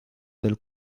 del